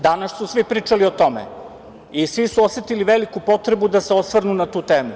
Danas su svi pričali o tome i svi su osetili veliku potrebu da se osvrnu na tu temu.